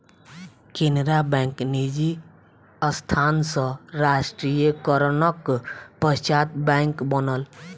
Canara bank निजी संस्थान सॅ राष्ट्रीयकरणक पश्चात बैंक बनल